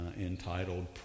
entitled